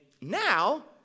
now